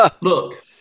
Look